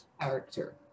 character